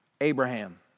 Abraham